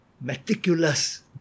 meticulous